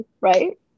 Right